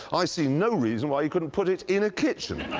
i see no reason why you couldn't put it in a kitchen.